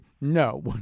no